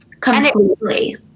Completely